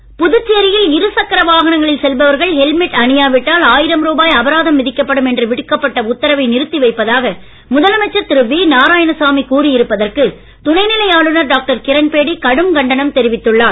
helmet புதுச்சேரியில் இருசக்கர வாகனங்களில் செல்பவர்கள் ஹெல்மெட் அணியாவிட்டால் ஆயிரம் ரூபாய் அபராதம் விதிக்கப்படும் என்று விடுக்கப்பட்ட உத்தரவை நிறுத்தி வைப்பதாக முதலமைச்சர் திரு வி நாராயணசாமி கூறி இருப்பதற்கு துணை நிலை ஆளுநர் டாக்டர் கிரண்பேடி கடும் கண்டனம் தெரிவித்துள்ளார்